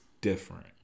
different